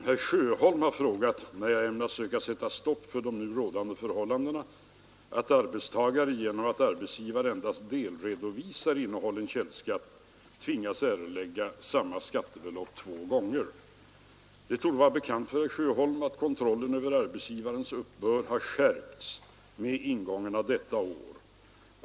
Herr talman! Herr Sjöholm har frågat mig när jag ämnar söka sätta stopp för nu rådande förhållande att arbetstagare, genom att arbetsgivare endast delredovisar innehållen källskatt, tvingas erlägga samma skattebelopp två gånger. Det torde vara bekant för herr Sjöholm att kontrollen över arbetsgivarens uppbörd har skärpts med ingången av detta år.